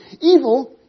Evil